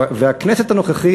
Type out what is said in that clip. הכנסת הנוכחית,